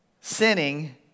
sinning